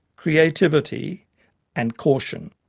creativity and caution.